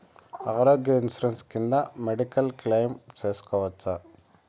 ఆరోగ్య ఇన్సూరెన్సు కింద medical claim సేసుకోవచ్చా?